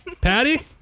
Patty